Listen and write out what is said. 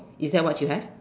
is that what you have